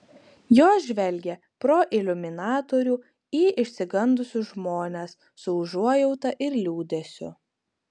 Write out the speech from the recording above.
jos žvelgė pro iliuminatorių į išsigandusius žmones su užuojauta ir liūdesiu